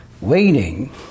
waiting